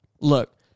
Look